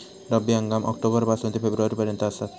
रब्बी हंगाम ऑक्टोबर पासून ते फेब्रुवारी पर्यंत आसात